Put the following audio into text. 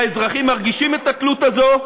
והאזרחים מרגישים את התלות הזו.